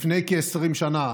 לפני כ-20 שנה,